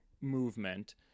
movement